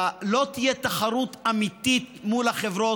לא תהיה תחרות אמיתית מול החברות.